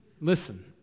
Listen